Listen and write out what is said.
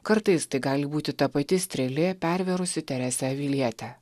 kartais tai gali būti ta pati strėlė pervėrusi teresę avilietę